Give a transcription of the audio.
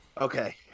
Okay